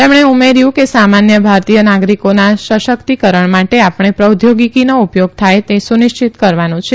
તેમણે ઉમેર્યુ કે સામાન્ય ભારતીય નાગરીકોના સશકિતકરણ માટે આપણે પ્રૌદ્યોગીકીનો ઉપયોગ થાય તે સુનિશ્ચિત કરવાનું છે